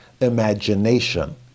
imagination